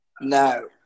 No